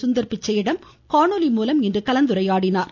சுந்தர் பிச்சையிடம் இன்று காணொலி மூலம் கலந்துரையாடினார்